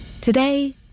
Today